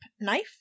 knife